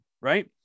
right